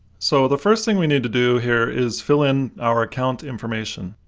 so the first thing we need to do here is fill in our account information,